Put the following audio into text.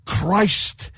Christ